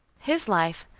his life,